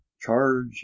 charge